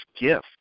gift